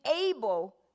able